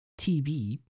TB